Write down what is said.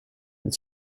het